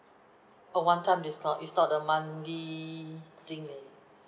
a one time discount it's not a monthly thing ah